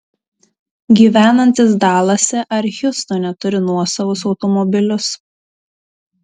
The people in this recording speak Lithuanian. gyvenantys dalase ar hjustone turi nuosavus automobilius